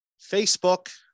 Facebook